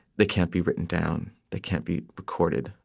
they can't be written down. they can't be recorded.